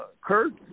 Kurt